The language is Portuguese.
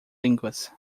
línguas